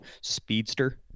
speedster